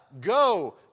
Go